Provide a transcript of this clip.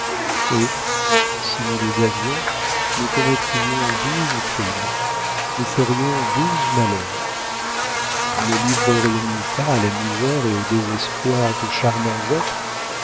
et si nous les avions nous commettrions douze crimes nous ferions douze malheurs ne livrerions nous pas à la misère et au désespoir de charmants êtres